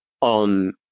on